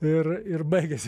ir ir baigėsi